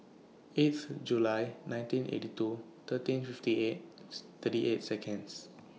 eighth July nineteen eighty two thirteen fifty eighth thirty eight Seconds